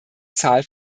zahl